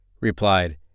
replied